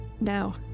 now